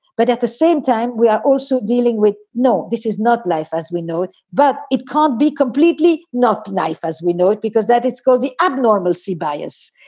but at the same time, we are also dealing with no. this is not life as we know it. but it can't be completely not life as we know it because that it's called the abnormal see bias,